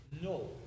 no